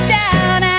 down